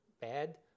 bad